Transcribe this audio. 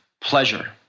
pleasure